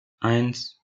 eins